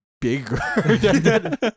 bigger